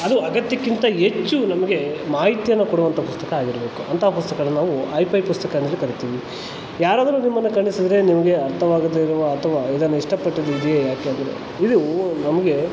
ಅದು ಅಗತ್ಯಕ್ಕಿಂತ ಹೆಚ್ಚು ನಮಗೆ ಮಾಹಿತಿಯನ್ನು ಕೊಡುವಂಥ ಪುಸ್ತಕ ಆಗಿರಬೇಕು ಅಂಥ ಪುಸ್ತಕಗಳನ್ನು ನಾವು ಹೈಪೈ ಪುಸ್ತಕ ಅಂತ ಕರಿತೀವಿ ಯಾರಾದರೂ ನಿಮ್ಮನ್ನು ಖಂಡಿಸಿದರೆ ನಿಮಗೆ ಅರ್ಥವಾಗದೆ ಇರುವ ಅಥವಾ ಇದನ್ನು ಇಷ್ಟಪಟ್ಟಿದ್ದಿದೆಯೇ ಯಾಕೆಂದರೆ ಇದು ನಮಗೆ